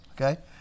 Okay